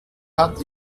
hat